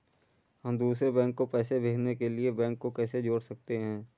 हम दूसरे बैंक को पैसे भेजने के लिए बैंक को कैसे जोड़ सकते हैं?